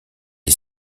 est